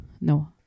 No